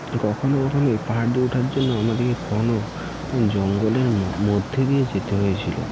কখনো কখনো এই পাহাড়টি উঠার জন্য আমাদেরকে ঘন জঙ্গলের ম মধ্যে দিয়ে যেতে হয়েছিলো